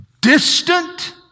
distant